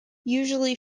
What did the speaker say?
usually